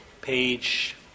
page